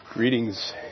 Greetings